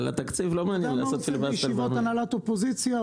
למה או עובד החשב הכללי יכול למנות כל עובד שהוא רוצה?